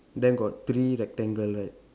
then got three rectangle right